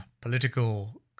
political